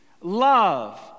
love